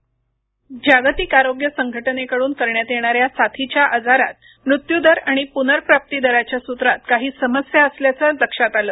ध्वनी जागतिक आरोग्य संघटनेकडून करण्यात येणाऱ्या साथीच्या आजारात मृत्यूदर आणि पुनर्प्राप्ती दराच्या सूत्रात काही समस्या असल्याचे लक्षात आले